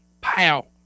pow